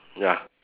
ya